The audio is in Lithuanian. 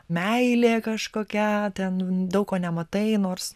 meilė kažkokia ten daug ko nematai nors